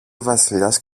βασιλιάς